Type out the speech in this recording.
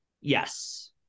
Yes